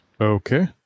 okay